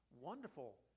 wonderful